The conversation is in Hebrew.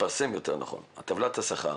התפרסם יותר נכון, טבלת השכר.